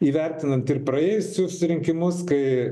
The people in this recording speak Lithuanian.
įvertinant ir praėjusius rinkimus kai